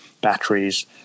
batteries